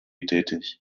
tätig